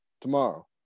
tomorrow